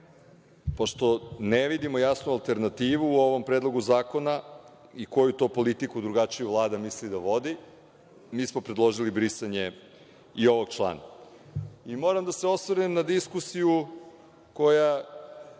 Pošto ne vidimo jasnu alternativu u ovom predlogu zakona i koju to politiku drugačiju Vlada misli da vodi, mi smo predložili brisanje i ovog člana. Moram da se osvrnem na diskusiju koja